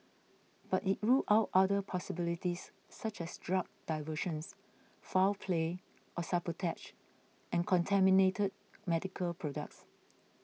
but it ruled out other possibilities such as drug diversion foul play or sabotage and contaminated medical products